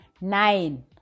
Nine